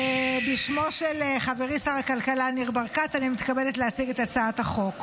בשמו של חברי שר הכלכלה ניר ברקת אני מתכבדת להציג את הצעת החוק